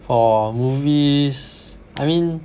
for movies I mean